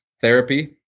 therapy